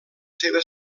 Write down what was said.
seva